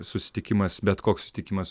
susitikimas bet koks susitikimas